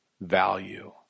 value